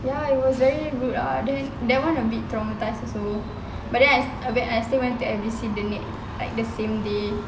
ya it was very rude ah then that [one] a bit traumatise also but then I still went to like the same day